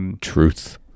Truth